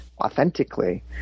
authentically